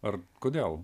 ar kodėl